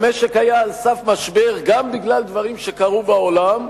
המשק היה על סף משבר גם בגלל דברים שקרו בעולם,